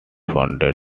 founded